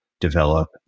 develop